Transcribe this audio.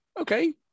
Okay